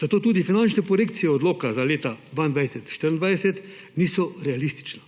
Zato tudi finančne projekcije odloka za leta 2022–2024 niso realistične.